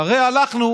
הרי הלכנו,